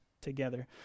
together